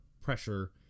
pressure